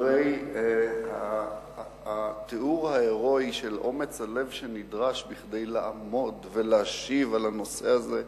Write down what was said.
אחרי התיאור ההירואי של אומץ הלב שנדרש כדי לעמוד ולהשיב על הנושא הזה,